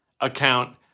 account